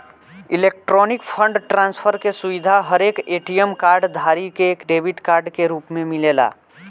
electronic fund transfer के सुविधा हरेक ए.टी.एम कार्ड धारी के डेबिट कार्ड के रूप में मिलेला